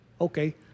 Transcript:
Okay